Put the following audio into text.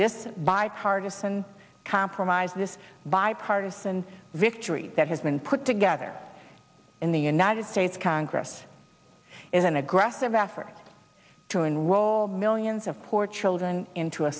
this bipartisan compromise this bipartisan victory that has been put together in the united states congress in an aggressive effort to enroll millions of poor children into a